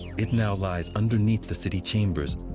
it now lies underneath the city chambers,